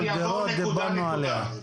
דיברנו עליה.